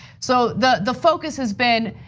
so the the focus has been,